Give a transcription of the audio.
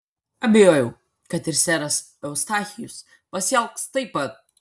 abejojau kad ir seras eustachijus pasielgs taip pat